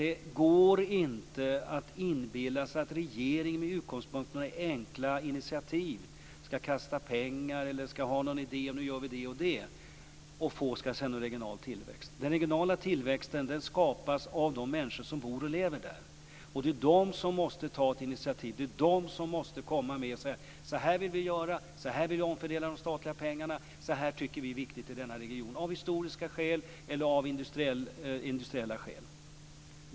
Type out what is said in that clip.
Det går inte att inbilla sig att regeringen med utgångspunkt i enkla initiativ skall få idéer att göra det eller det - och sedan blir det regional tillväxt. Den regionala tillväxten skapas av de människor som bor och lever där. Det är de som måste ta initiativ och säga hur de vill omfördela de statliga pengarna och vad som är viktigt för regionen - av historiska eller industriella skäl.